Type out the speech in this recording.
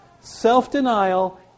self-denial